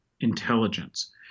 intelligence